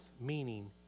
meaning